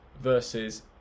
versus